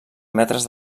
metres